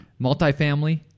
multifamily